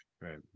Right